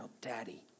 Daddy